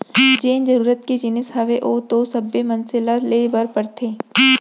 जेन जरुरत के जिनिस हावय ओ तो सब्बे मनसे ल ले बर परथे